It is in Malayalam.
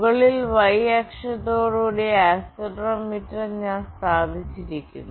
മുകളിൽ y അക്ഷത്തോടുകൂടിയ ആക്സിലറോമീറ്റർ ഞാൻ സ്ഥാപിച്ചിരിക്കുന്നു